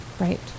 Right